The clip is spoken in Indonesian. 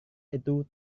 itu